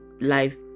life